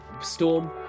storm